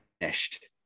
finished